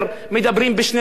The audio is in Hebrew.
בחוץ אומרים משהו,